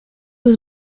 was